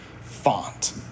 font